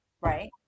Right